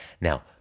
Now